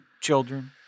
children